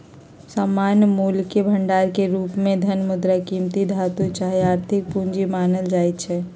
सामान्य मोलके भंडार के रूप में धन, मुद्रा, कीमती धातु चाहे आर्थिक पूजी मानल जाइ छै